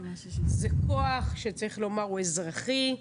זה כוח שצריך לומר, הוא אזרחי.